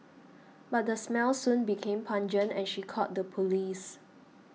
but the smell soon became pungent and she called the police